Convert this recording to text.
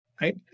right